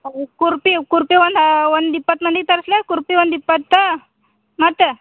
ಅವು ಕುರ್ಪಿ ಕುರ್ಪಿ ಒಂದು ಒಂದು ಇಪ್ಪತ್ತು ಮಂದಿಗೆ ತರಿಸ್ಲೇ ಕುರ್ಪಿ ಒಂದು ಇಪ್ಪತ್ತು ಮತ್ತು